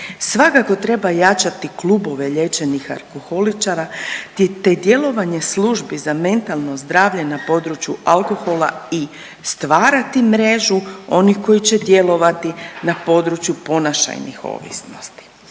Svakako treba jačati klubove liječenih alkoholičara te djelovanje službi za mentalno zdravlje na području alkohola i stvarati mrežu onih koji će djelovati na području ponašajnih ovisnosti.